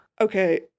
Okay